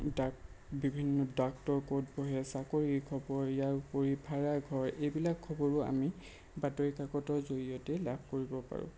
ডাক বিভিন্ন ডাক্তৰ ক'ত পঢ়িছে চাকৰি খবৰ ইয়াৰ ওপৰি ভাড়াঘৰ এইবিলাক খবৰো আমি বাতৰি কাকতৰ জৰিয়তে লাভ কৰিব পাৰোঁ